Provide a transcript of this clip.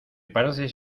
pareces